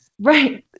right